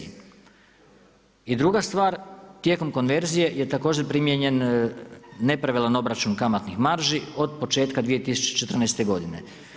I druga stvar, tijekom konverzije je također primijenjen nepravilan obračun kamatnih marži od početka 2014. godine.